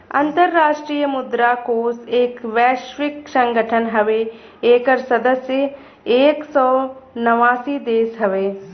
अंतराष्ट्रीय मुद्रा कोष एक वैश्विक संगठन हउवे एकर सदस्य एक सौ नवासी देश हउवे